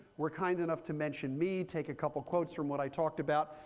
were kind enough to mention me, take a couple of quotes from what i talked about,